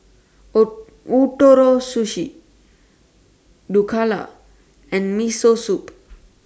O Sushi Dhokla and Miso Soup